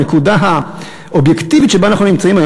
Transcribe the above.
הנקודה האובייקטיבית שבה אנחנו נמצאים היום